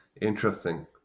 interesting